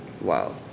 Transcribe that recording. Wow